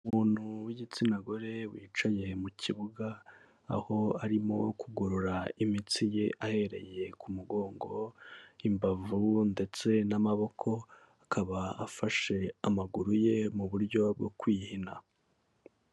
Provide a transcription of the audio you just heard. Umuntu w'igitsina gore wicaye mu kibuga, aho arimo kugorora imitsi ye ahereye ku mugongo, imbavu ndetse n'amaboko akaba afashe amaguru ye mu buryo bwo kwihina.